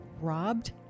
robbed